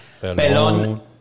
Pelon